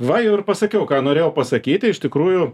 va jau ir pasakiau ką norėjau pasakyti iš tikrųjų